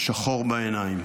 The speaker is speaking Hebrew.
שחור בעיניים.